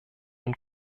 und